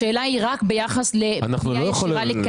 השאלה היא רק ביחס לפנייה ישירה לקטין.